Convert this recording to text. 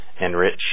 enrich